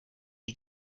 die